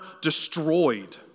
destroyed